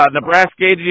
Nebraska